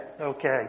okay